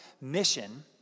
mission